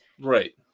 Right